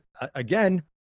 again